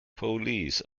police